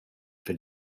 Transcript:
for